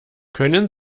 können